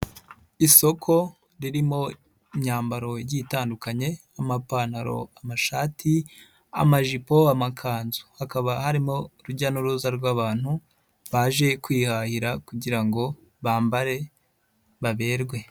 Isoko ririmo imyambaro igiye itandukanye amapantaro, amashati, amajipo, amakanzu. Hakaba harimo urujya n'uruza rw'abantu, baje kwihahira kugira ngo bambare baberwe.